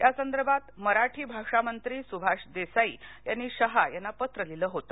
या संदर्भात मराठी भाषामंत्री सुभाष देसाई यांनी शहा यांना पत्र लिहिले होते